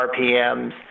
RPMs